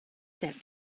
that